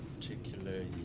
particularly